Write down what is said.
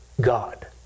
God